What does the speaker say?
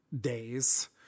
days